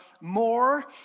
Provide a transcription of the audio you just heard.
more